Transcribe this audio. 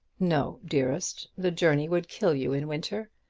no, dearest. the journey would kill you in winter.